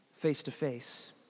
face-to-face